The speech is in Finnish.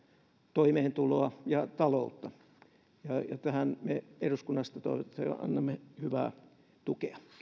toimeentuloa ja taloutta ja tähän me eduskunnasta annamme hyvää tukea